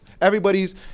everybody's